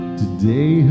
today